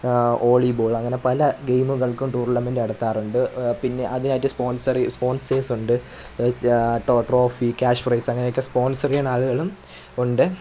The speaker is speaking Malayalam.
ഓളീബോള് അങ്ങന പല ഗേയ്മുകള്ക്കും ടൂര്ളമെന്റ് നടത്താറുണ്ട് പിന്നെ അതിനായിട്ട് സ്പോണ്സറ് സ്പോണ്സേഴ്സ് ഉണ്ട് ട്രോഫി ക്യാഷ് പ്രൈസ് അങ്ങനെ ഒക്കെ സ്പോണ്സറ് ചെയ്യാന് ആളുകളും ഉണ്ട്